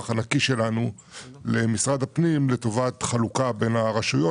הנקי שלנו למשרד הפנים לטובת חלוקה בין הרשויות,